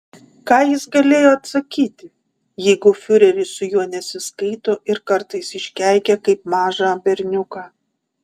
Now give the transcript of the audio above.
ką jis galėjo atsakyti jeigu fiureris su juo nesiskaito ir kartais iškeikia kaip mažą berniuką